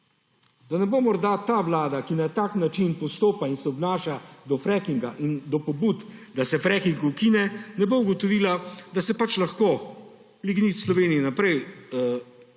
Da ne bo morda ta vlada, ki na tak način postopa in se obnaša do frackinga in do pobud, da se fracking ukine, ne bo ugotovila, da se lahko lignit v Sloveniji naprej